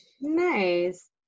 nice